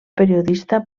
periodista